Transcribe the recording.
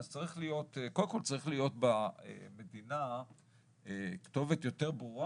אז קודם כל צריכה להיות במדינה כתובת יותר ברורה